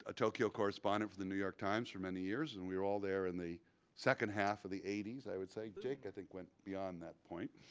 ah tokyo correspondent for the new york times for many years and we were all there in the second half of the eighty s i would say. jake, i think, went beyond that point.